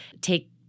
take